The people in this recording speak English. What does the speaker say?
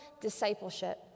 discipleship